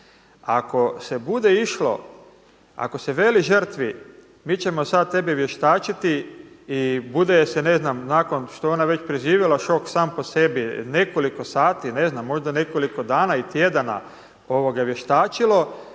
Ako se bude išlo, ako se veli žrtvi, mi ćemo sada tebe vještačiti i bude je se ne znam nakon što je ona već preživjela šok sam po sebi nekoliko sati, ne znam, možda nekoliko dana i tjedana vještačilo